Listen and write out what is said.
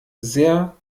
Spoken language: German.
sehr